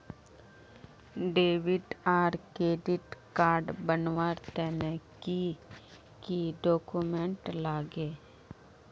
Debit आर credit card बनवार तने की की डॉक्यूमेंट लागे?